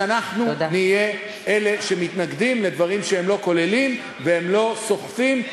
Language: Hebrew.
אנחנו נהיה אלה שמתנגדים לדברים שהם לא כוללים והם לא סוחפים,